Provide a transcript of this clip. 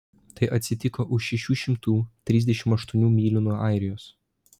tai atsitiko už šešių šimtų trisdešimt aštuonių mylių nuo airijos